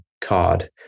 card